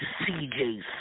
CJ